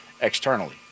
externally